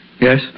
Yes